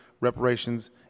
Reparations